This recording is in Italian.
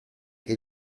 che